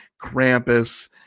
Krampus